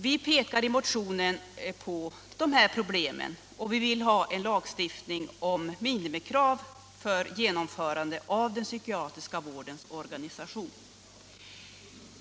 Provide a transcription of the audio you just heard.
Vi visar i motionen på dessa problem och vill ha en lagstiftning om minimikrav för genomförande av den psykiatriska vårdens organisation.